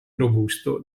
robusto